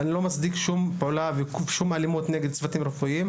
אני לא מצדיק שום פעולה ושום אלימות נגד צוותים רפואיים,